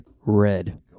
red